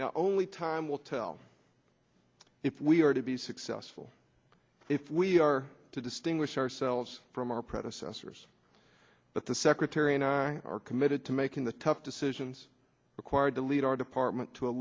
now only time will tell if we are to be successful if we are to distinguish ourselves from our predecessors but the secretary and i are committed to making the tough decisions required to lead our department to a